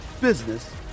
business